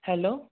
hello